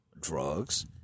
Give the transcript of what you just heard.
drugs